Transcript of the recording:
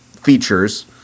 features